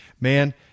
Man